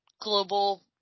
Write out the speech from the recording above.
global